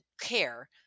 care